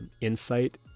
insight